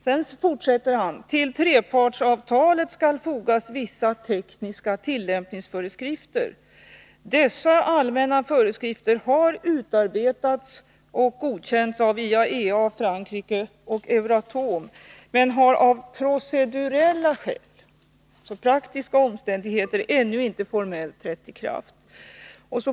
Sedan fortsätter han: ”Till trepartsavtalet skall fogas vissa tekniska tillämpningsföreskrifter. Dessa allmänna föreskrifter har utarbetats och godkänts av IAEA, Frankrike och Euratom men har av procedurella skäl” ——— dvs. praktiska omständigheter ——- ännu inte formellt trätt i kraft.